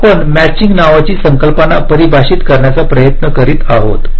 तर आपण मॅचिंग नावाची संकल्पना परिभाषित करण्याचा प्रयत्न करीत आहोत